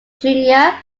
junior